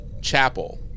Chapel